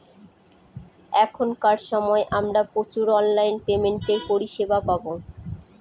এখনকার সময় আমরা প্রচুর অনলাইন পেমেন্টের পরিষেবা পাবো